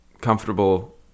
comfortable